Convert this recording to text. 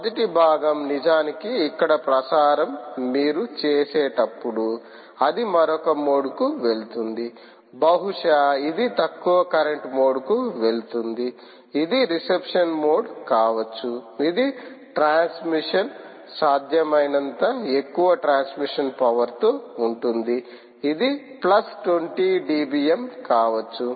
మొదటి భాగం నిజానికి ఇక్కడ ప్రసారం మీరు చూసేటప్పుడు అది మరొక మోడ్ కు వెళుతుంది బహుశా ఇది తక్కువ కరెంట్ మోడ్ కు వెళుతుంది ఇది రిసెప్షన్ మోడ్ కావచ్చు ఇది ట్రాన్స్మిషన్ సాధ్యమైనంత ఎక్కువ ట్రాన్స్మిషన్ పవర్ తో ఉంటుంది అది ప్లస్ 20 డిబిఎమ్ కావచ్చు